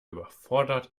überfordert